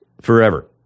forever